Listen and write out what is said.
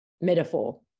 Metaphor